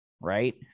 right